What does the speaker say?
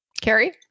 Carrie